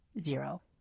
zero